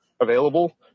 available